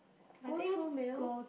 go to meal